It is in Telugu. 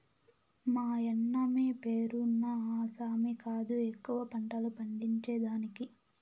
మాయన్నమే పేరున్న ఆసామి కాదు ఎక్కువ పంటలు పండించేదానికి